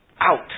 Out